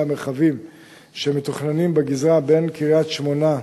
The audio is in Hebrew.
המרחביים שמתוכננים בגזרה בין קריית-שמונה לכרמיאל,